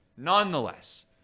Nonetheless